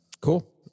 Cool